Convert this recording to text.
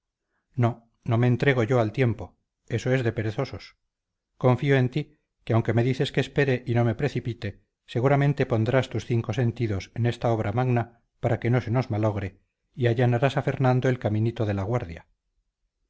no no me entrego yo al tiempo eso es de perezosos confío en ti que aunque me dices que espere y no me precipite seguramente pondrás tus cinco sentidos en esta obra magna para que no se nos malogre y allanarás a fernando el caminito de la guardia